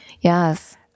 yes